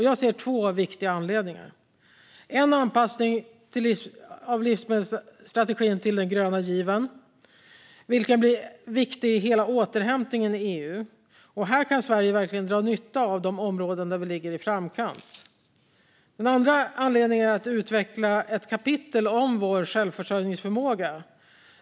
Jag ser två viktiga anledningar: Livsmedelsstrategin bör anpassas till den gröna given, som blir viktig för återhämtningen i EU. Här kan Sverige verkligen dra nytta av de områden där vi ligger i framkant. Ett kapitel om vår självförsörjningsförmåga bör utvecklas.